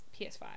PS5